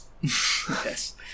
Yes